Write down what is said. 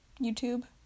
YouTube